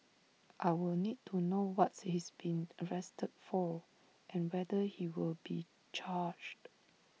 I will need to know what's he's been arrested for and whether he will be charged